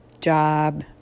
job